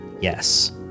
Yes